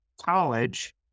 college